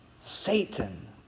Satan